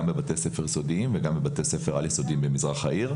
גם בבתי הספר היסודיים וגם בבתי הספר העל-יסודיים במזרח העיר.